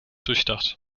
durchdacht